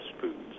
foods